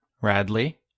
Radley